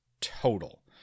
total